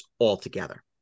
altogether